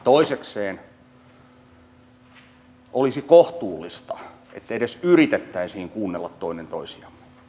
toisekseen olisi kohtuullista että edes yritettäisiin kuunnella toinen toisiamme